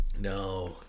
No